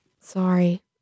Sorry